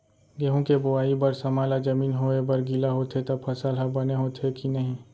गेहूँ के बोआई बर समय ला जमीन होये बर गिला होथे त फसल ह बने होथे की नही?